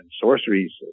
sorceries